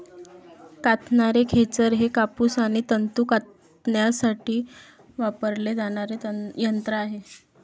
कातणारे खेचर हे कापूस आणि तंतू कातण्यासाठी वापरले जाणारे यंत्र आहे